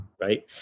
Right